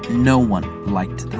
no one liked that.